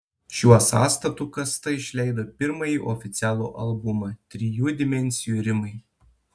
šiuo sąstatu kasta išleido pirmąjį oficialų albumą trijų dimensijų rimai